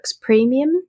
Premium